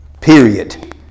Period